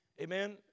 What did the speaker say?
Amen